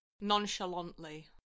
nonchalantly